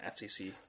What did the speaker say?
FCC